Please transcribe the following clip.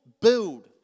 build